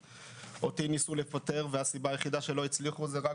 אותי ניסו לפטר והסיבה היחידה שלא הצליחו היא רק